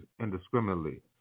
indiscriminately